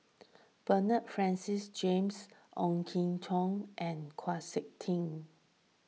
Bernard Francis James Ong Jin Teong and Chau Sik Ting